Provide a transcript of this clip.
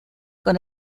con